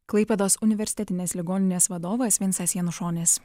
klaipėdos universitetinės ligoninės vadovas vincas janušonis